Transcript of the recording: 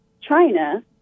China